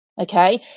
okay